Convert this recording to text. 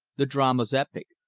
the dramas epic,